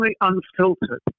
unfiltered